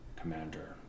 Commander